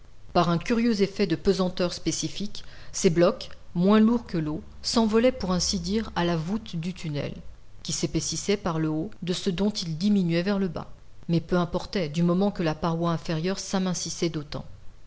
par un curieux effet de pesanteur spécifique ces blocs moins lourds que l'eau s'envolaient pour ainsi dire à la voûte du tunnel qui s'épaississait par le haut de ce dont il diminuait vers le bas mais peu importait du moment que la paroi inférieure s'amincissait d'autant